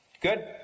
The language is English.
good